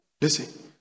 listen